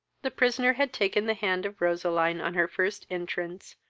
the prisoner had taken the hand of roseline on her first entrance,